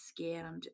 scammed